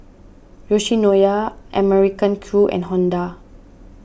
Yoshinoya American Crew and Honda